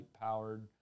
powered